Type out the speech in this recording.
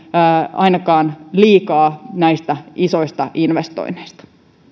ainakaan liikaa näistä isoista investoinneista